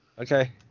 Okay